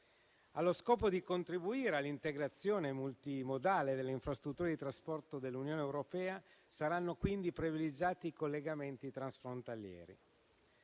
Allo scopo di contribuire all'integrazione multimodale delle infrastrutture di trasporto dell'Unione europea, saranno quindi privilegiati i collegamenti transfrontalieri.